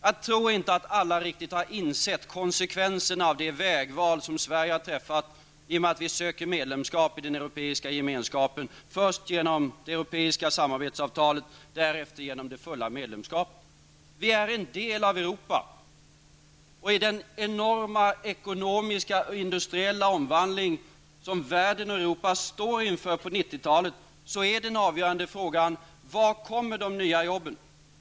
Jag tror inte att alla riktigt har insett konsekvenserna av det vägval som Sverige har träffat i och med att vi söker medlemskap i Europeiska gemenskapen, först genom det europeiska samarbetsavtalet och därefter genom det fulla medlemskapet. Sverige är en del av Europa, och i den enorma ekonomiska och internationella omvandling som världen och Europa står inför på 1990-talet är den avgörande frågan: Var kommer de nya jobben?